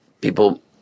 people